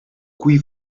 qui